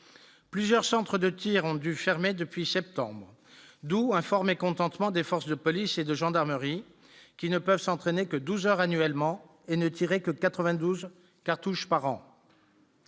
plusieurs centres de tirs ont dû fermer depuis septembre, d'où un fort mécontentement des forces de police et de gendarmerie qui ne peuvent s'entraîner que 12 heures annuellement et ne tirer que 92 cartouches par an